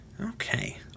Okay